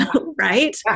Right